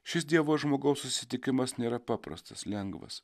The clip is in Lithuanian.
šis dievo žmogaus susitikimas nėra paprastas lengvas